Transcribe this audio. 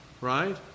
right